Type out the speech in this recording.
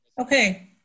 Okay